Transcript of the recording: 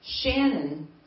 Shannon